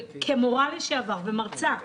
כמורה לשעבר ומרצה,